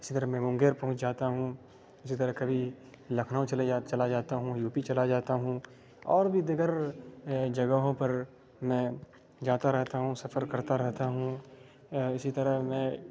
اسی طرح میں منگیر پہنچ جاتا ہوں اسی طرح کبھی لکھنؤ چلے جا چلا جاتا ہوں یو پی چلا جاتا ہوں اور بھی دیگر جگہوں پر میں جاتا رہتا ہوں سفر کرتا رہتا ہوں اسی طرح میں